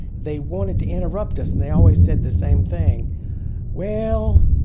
they wanted to interrupt us and they always said the same thing well,